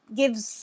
gives